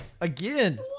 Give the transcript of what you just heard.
Again